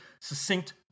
succinct